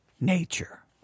nature